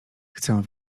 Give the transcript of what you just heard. chcę